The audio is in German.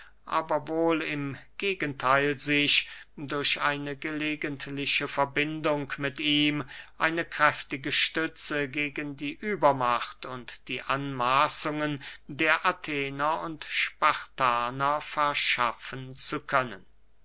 aber wohl im gegentheil sich durch eine gelegenheitliche verbindung mit ihm eine kräftige stütze gegen die übermacht und die anmaßungen der athener und spartaner verschaffen zu können